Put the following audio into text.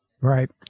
Right